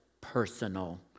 personal